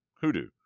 hoodoo